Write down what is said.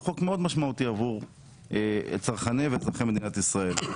חוק מאוד משמעותי עבור צרכני ואזרחי מדינת ישראל.